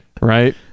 right